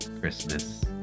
Christmas